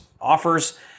offers